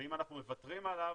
ואם אנחנו מוותרים עליו,